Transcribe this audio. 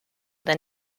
than